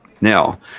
Now